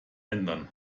ändern